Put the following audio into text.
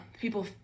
people